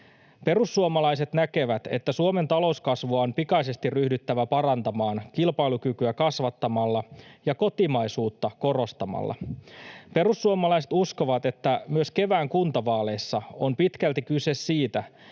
Perussuomalaiset näkevät, että Suomen talouskasvua on pikaisesti ryhdyttävä parantamaan kilpailukykyä kasvattamalla ja kotimaisuutta korostamalla. Perussuomalaiset uskovat, että myös kevään kuntavaaleissa on pitkälti kyse siitä,